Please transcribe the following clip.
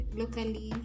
locally